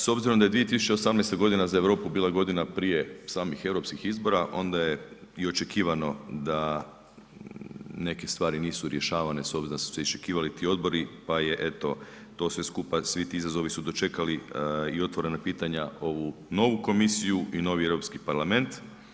S obzirom da je 2018. godina za Europu bila godina prije samih europskih izbora onda je i očekivano da neke stvari nisu rješavanje s obzirom da su se iščekivali ti odbori, pa je eto to sve skupa svi ti izazovi su dočekali i otvorena pitanja ovu novu Komisiju i novi Europski parlament.